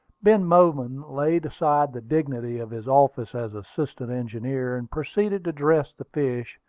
ben bowman laid aside the dignity of his office as assistant engineer, and proceeded to dress the fish,